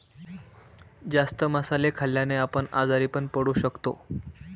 जास्त मसाले खाल्ल्याने आपण आजारी पण पडू शकतो